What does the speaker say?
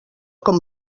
com